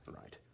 Right